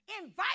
Invite